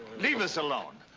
leave us alone.